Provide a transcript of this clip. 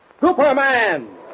Superman